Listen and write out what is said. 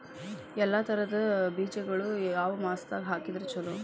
ಎಲ್ಲಾ ತರದ ಬೇಜಗೊಳು ಯಾವ ಮಾಸದಾಗ್ ಹಾಕಿದ್ರ ಛಲೋ?